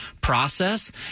process